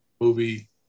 movie